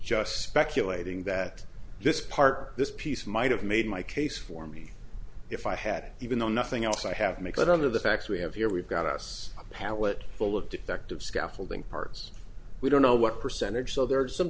just speculating that this part this piece might have made my case for me if i had even though nothing else i have make it out of the facts we have here we've got us a pallet full of defective scaffolding parts we don't know what percentage so there are some